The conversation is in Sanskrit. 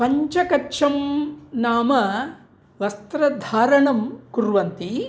पञ्चकक्षं नाम वस्त्रधारणं कुर्वन्ति